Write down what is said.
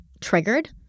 triggered